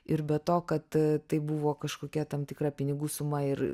ir be to kad tai buvo kažkokia tam tikra pinigų suma ir